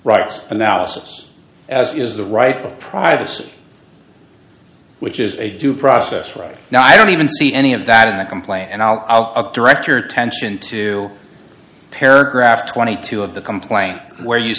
rights analysis as is the right of privacy which is a due process right now i don't even see any of that in the complaint and i'll a direct your attention to paragraph twenty two of the complaint where you